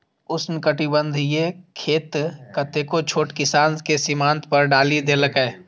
उष्णकटिबंधीय खेती कतेको छोट किसान कें सीमांत पर डालि देलकै